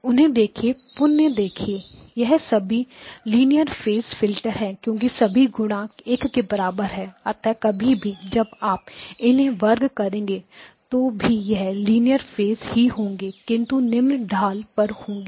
उन्हें देखिए पुनः देखिए यह सभी लीनियर फेज फिल्टर है क्योंकि सभी गुणांक एक के बराबर है अतः कभी भी जब आप इन्हें वर्ग करेंगे तो भी यह लीनियर फेज ही होंगे किंतु निम्न ढाल पर होंगे